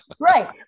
Right